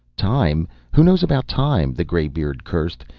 time! who knows about time! the graybeard cursed.